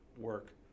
work